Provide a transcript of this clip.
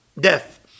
death